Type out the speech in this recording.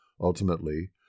Ultimately